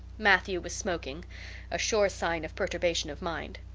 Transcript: matthew was smoking a sure sign of perturbation of mind.